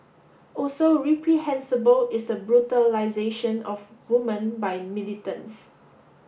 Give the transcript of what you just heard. also reprehensible is the brutalisation of women by militants